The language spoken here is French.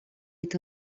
est